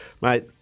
mate